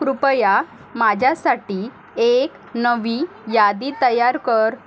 कृपया माझ्यासाठी एक नवी यादी तयार कर